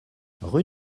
rue